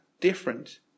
different